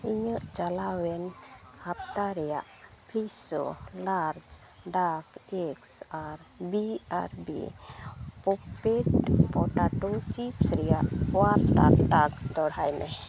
ᱤᱧᱟᱹᱜ ᱪᱟᱞᱟᱣᱮᱱ ᱦᱟᱯᱛᱟ ᱨᱮᱭᱟᱜ ᱯᱷᱨᱮᱥᱳ ᱞᱟᱨᱡᱽ ᱰᱟᱠ ᱮᱜᱽᱥ ᱟᱨ B R B popped potato chips ᱨᱮᱭᱟᱜ ᱚᱨᱰᱟᱨᱴᱟᱜᱽ ᱫᱚᱲᱦᱟᱭᱢᱮ